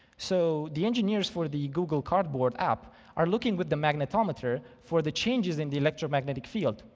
so the engineers for the google cardboard app are looking with the magnetometer for the changes in the electromagnetic field,